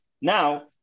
Now